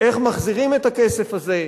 איך מחזירים את הכסף הזה?